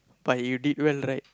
but you did well right